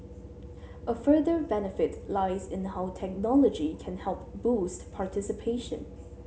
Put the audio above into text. a further benefit lies in how technology can help boost participation